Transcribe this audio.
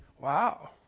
wow